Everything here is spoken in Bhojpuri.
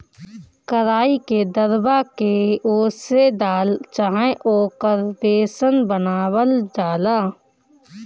कराई के दरवा के ओसे दाल चाहे ओकर बेसन बनावल जाला